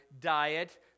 diet